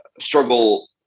struggle